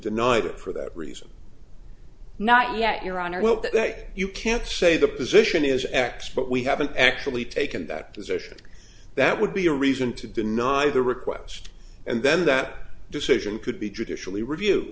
denied it for that reason not yet your honor well that you can't say the position is x but we haven't actually taken that position that would be a reason to deny the request and then that decision could be judicially review